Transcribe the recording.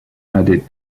added